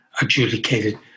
adjudicated